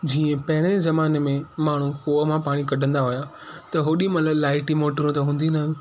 जीअं पहिरें ज़माने में माण्हूं खूअं मां पाणी कढंदा हुया त ओॾीमहिल लाइटियूं मोटरू त हूंदियूं न हुइयूं